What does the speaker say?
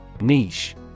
Niche